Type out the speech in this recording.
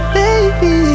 baby